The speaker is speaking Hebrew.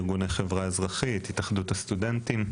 מארגוני החברה אזרחית , התאחדות הסטודנטים.